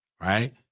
right